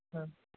औ